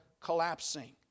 collapsing